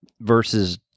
versus